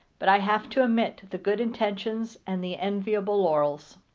but i have to admit the good intentions and the enviable laurels.